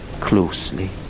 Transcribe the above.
closely